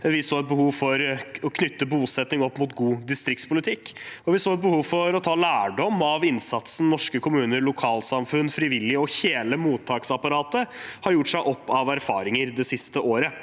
Vi så behov for å knytte bosetting opp mot god distriktspolitikk, og vi så behov for å ta lærdom av innsatsen norske kommuner, lokalsamfunn, frivillige og hele mottaksapparatet har gjort seg av erfaringer det siste året.